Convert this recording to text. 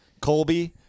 Colby